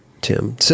Tim